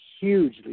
hugely